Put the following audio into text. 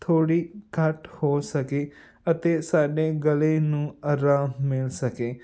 ਥੋੜ੍ਹੀ ਘੱਟ ਹੋ ਸਕੇ ਅਤੇ ਸਾਡੇ ਗਲੇ ਨੂੰ ਆਰਾਮ ਮਿਲ ਸਕੇ